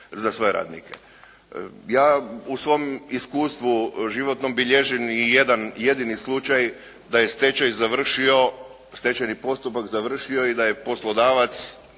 Ja u svom iskustvu životnom bilježim i jedan jedini slučaj da je stečaj završio, stečajni postupak završio i da je poslodavac,